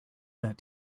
that